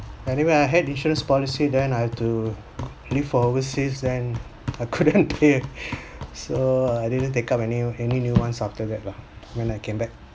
anyway I had insurance policy then I have to leave for overseas and I couldn't pay uh I didn't take up a new any new ones after that lah when I came back